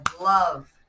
love